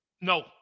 No